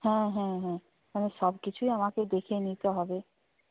হ্যাঁ হ্যাঁ হ্যাঁ সব কিছুই আমাকে দেখে নিতে হবে